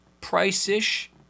price-ish